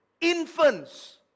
Infants